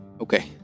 okay